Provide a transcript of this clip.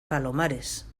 palomares